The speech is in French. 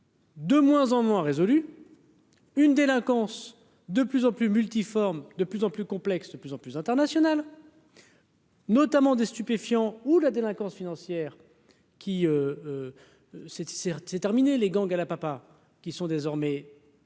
De moins en moins résolu une délinquance de plus en plus multiforme de plus en plus complexes, de plus en plus internationale. Notamment des stupéfiants ou la délinquance financière qui s'était certes c'est terminé, les gangs à la papa, qui sont désormais.